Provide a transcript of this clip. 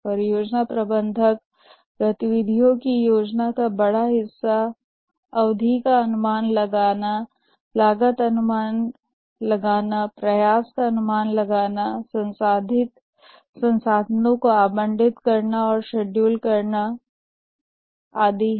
परियोजना प्रबंधक गतिविधियों की योजना का बड़ा हिस्सा अवधि का अनुमान लागत का अनुमान प्रयास का अनुमान संसाधनों के आवंटन शेडूल बनाता है